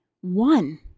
one